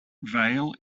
vale